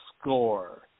score